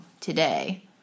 today